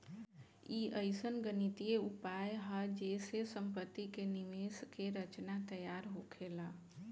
ई अइसन गणितीय उपाय हा जे से सम्पति के निवेश के रचना तैयार होखेला